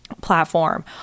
platform